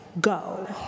go